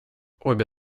обе